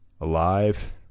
alive